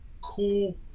cool